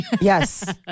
Yes